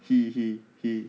he he he